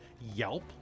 yelp